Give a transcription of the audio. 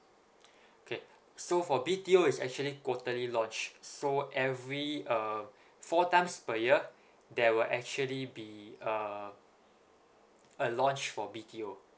okay so for B_T_O is actually quarterly launched so every err four times per year there were actually be uh a launch for B_T_O